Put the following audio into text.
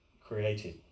created